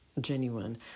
genuine